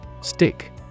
Stick